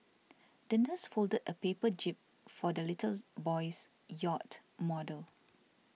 the nurse folded a paper jib for the little boy's yacht model